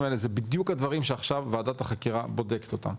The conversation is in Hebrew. האלה זה בדיוק הדברים שעכשיו ועדת החקירה בודקת אותם.